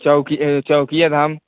चौकी चौकिया धाम